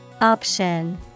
Option